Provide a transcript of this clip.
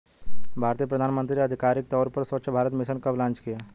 भारतीय प्रधानमंत्री ने आधिकारिक तौर पर स्वच्छ भारत मिशन कब लॉन्च किया?